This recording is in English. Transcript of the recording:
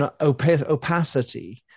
opacity